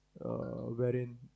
wherein